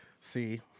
See